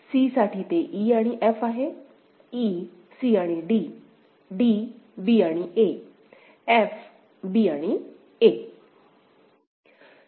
c साठी ते e आणि f आहे e c आणि d d b आणि a f b आणि a